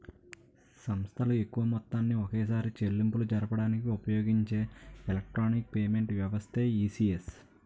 సంస్థలు ఎక్కువ మొత్తాన్ని ఒకేసారి చెల్లింపులు జరపడానికి ఉపయోగించే ఎలక్ట్రానిక్ పేమెంట్ వ్యవస్థే ఈ.సి.ఎస్